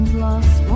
Lost